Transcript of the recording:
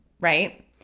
right